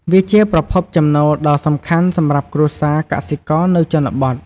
វាជាប្រភពចំណូលដ៏សំខាន់សម្រាប់គ្រួសារកសិករនៅជនបទ។